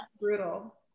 brutal